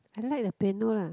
I like the piano lah